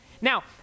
Now